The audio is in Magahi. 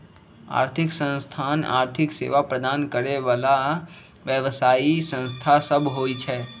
आर्थिक संस्थान आर्थिक सेवा प्रदान करे बला व्यवसायि संस्था सब होइ छै